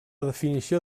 definició